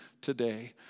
today